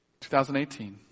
2018